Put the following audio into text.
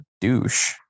douche